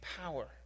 power